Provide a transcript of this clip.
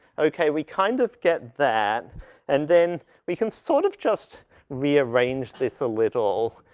okay. we kind of get that and then we can sort of just re-arrange this a little.